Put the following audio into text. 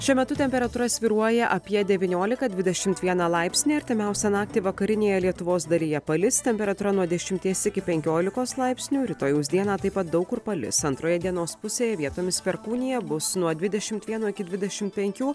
šiuo metu temperatūra svyruoja apie devyniolika dvidešimt vieną laipsnį artimiausią naktį vakarinėje lietuvos dalyje palis temperatūra nuo dešimties iki penkiolikos laipsnių rytojaus dieną taip pat daug kur palis antroje dienos pusėje vietomis perkūnija bus nuo dvidešimt vieno iki dvidešim penkių